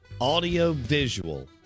audio-visual